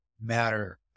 matter